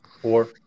Four